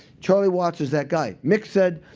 charlie watts is that guy. mick said,